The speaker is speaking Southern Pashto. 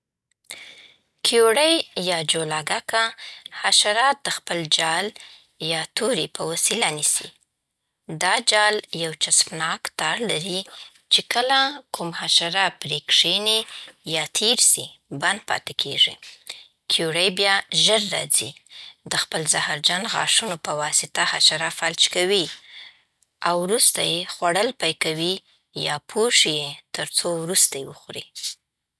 کیوړی یا جولاګکه حشرات د خپل جال یا توري په وسیله نیسي. دا جال یو چسپناک تار لري چې کله کوم حشره پرې کښېني یا تېر سي، بند پاته کیږی. کیوړی بیا: ژر راځي؛ د خپل زهرجن غاښونو په واسطه حشره فلج کوي؛ او وروسته یې خوړل پیل کوي یا پوښي تر څو وروسته وخوري.